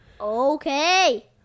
Okay